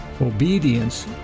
Obedience